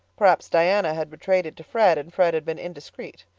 perhaps diana had betrayed it to fred and fred had been indiscreet.